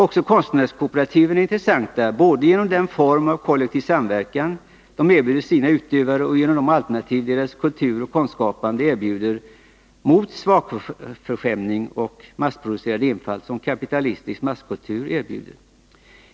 Också konstnärskooperativen är intressanta både genom den form av kollektiv samverkan som de erbjuder sina utövare och genom de alternativ deras kulturoch konstskapande erbjuder gentemot smakförskäm ning och massproducerad enfald som kapitalistisk maktkultur erbjuder.